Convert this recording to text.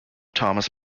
thomas